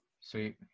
Sweet